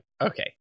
Okay